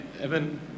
Evan